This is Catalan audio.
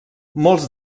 molts